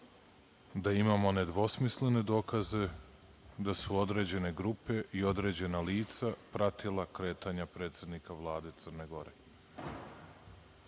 da imamo nedvosmislene dokaze da su određene grupe i određena lica pratila kretanja predsednika Vlade Crne Gore.